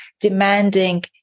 demanding